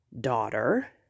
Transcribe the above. daughter